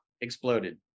exploded